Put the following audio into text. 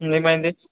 ఏమైంది